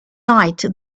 night